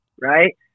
right